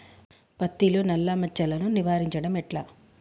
పత్తిలో నల్లా మచ్చలను నివారించడం ఎట్లా?